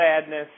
sadness